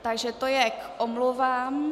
Takže to je k omluvám.